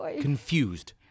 confused